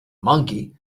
monkey